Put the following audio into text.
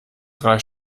drei